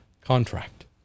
contract